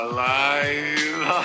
Alive